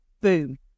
Boom